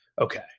Okay